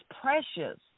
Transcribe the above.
precious